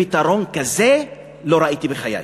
פתרון כזה לא ראיתי בחיי.